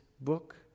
book